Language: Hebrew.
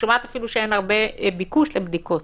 שאין ביקוש לבדיקות.